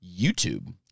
YouTube